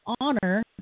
honor